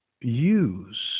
use